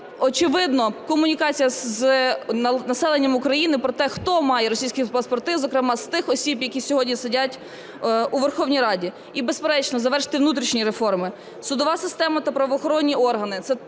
очевидно, комунікація з населенням України про те, хто має російські паспорти, зокрема з тих осіб, які сьогодні сидять у Верховній Раді. І, безперечно, завершити внутрішні реформи: судова система та правоохоронні органи, це